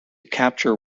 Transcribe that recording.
capture